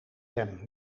hem